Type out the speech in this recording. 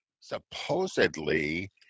supposedly